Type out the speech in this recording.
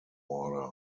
order